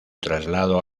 traslado